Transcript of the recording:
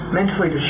mentally